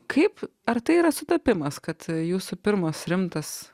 kaip ar tai yra sutapimas kad jūsų pirmas rimtas